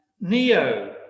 Neo